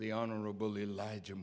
the honorable elijah